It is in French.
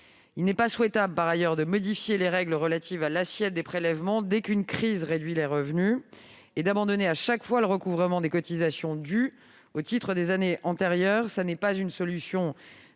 Il n'est pas souhaitable, par ailleurs, de modifier les règles relatives à l'assiette des prélèvements dès qu'une crise réduit les revenus et d'abandonner, chaque fois, le recouvrement des cotisations dues au titre des années antérieures. Cela ne constitue pas une solution viable